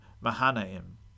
Mahanaim